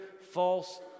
false